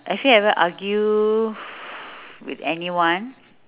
have you ever argue with anyone